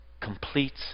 completes